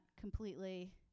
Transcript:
completely